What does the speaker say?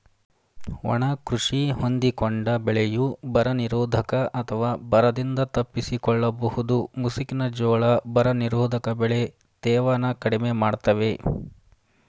ಒಣ ಕೃಷಿ ಹೊಂದಿಕೊಂಡ ಬೆಳೆಯು ಬರನಿರೋಧಕ ಅಥವಾ ಬರದಿಂದ ತಪ್ಪಿಸಿಕೊಳ್ಳಬಹುದು ಮುಸುಕಿನ ಜೋಳ ಬರನಿರೋಧಕ ಬೆಳೆ ತೇವನ ಕಡಿಮೆ ಮಾಡ್ತವೆ